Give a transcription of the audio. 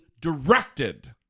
directed